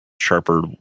sharper